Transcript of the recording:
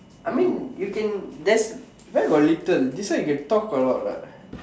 I mean you can that's where got little this one you can talk a lot what